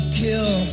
kill